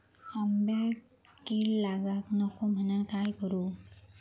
आंब्यक कीड लागाक नको म्हनान काय करू?